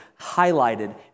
highlighted